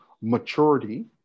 maturity